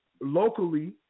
locally